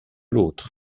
l’autre